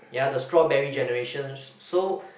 ya the strawberry generation so